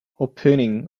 opening